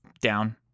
down